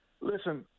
listen